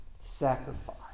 sacrifice